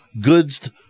Goods